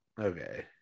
okay